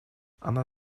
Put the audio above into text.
она